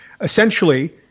Essentially